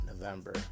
November